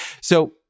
So-